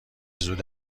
زود